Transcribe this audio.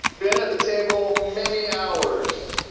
been at the table many hours.